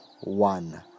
one